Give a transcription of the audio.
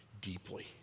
deeply